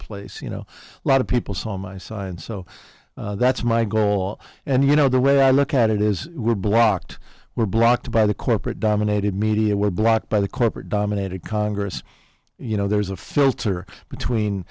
place you know a lot of people saw my science so that's my goal and you know the way i look at it is blocked were blocked by the corporate dominated media were blocked by the corporate dominated congress you know there's a filter between